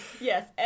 Yes